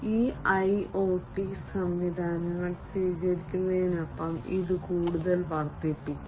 ഈ ഐഒടി സംവിധാനങ്ങൾ സ്വീകരിക്കുന്നതിനൊപ്പം ഇത് കൂടുതൽ വർധിപ്പിക്കാം